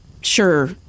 sure